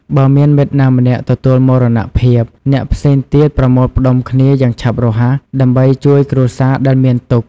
បើមានមិត្តណាម្នាក់ទទួលមរណភាព អ្នកផ្សេងទៀតប្រមូលផ្តុំគ្នាយ៉ាងឆាប់រហ័ស ដើម្បីជួយគ្រួសារដែលមានទុក្ខ។